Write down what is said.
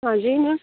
हाँ जी मैम